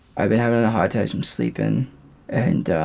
i've been having a hard time um sleeping and.